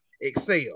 excel